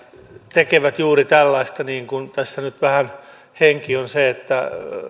tekevät juuri tällaista niin kuin tässä nyt vähän henki on se että